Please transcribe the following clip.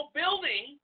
building